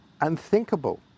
unthinkable